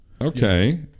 Okay